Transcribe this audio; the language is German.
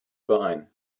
überein